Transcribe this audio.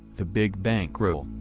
the big bankroll,